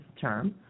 term